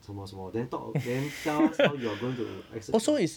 什么什么 then talk then tell us how you're going to exe~ uh